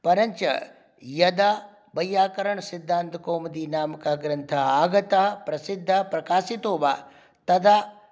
परञ्च यदा वैयाकरणसिद्धान्तकौमुदीनामकग्रन्थः आगतः प्रसिद्धः प्रकाशितो वा तदा